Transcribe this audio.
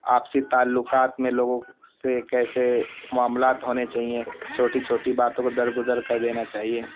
آپسی تعلّقات میں لوگوں سے کیسے معاملات ہونے چاہئیں چھوٹی چھوٹی باتوں کو درگزر کر دینا چاہیے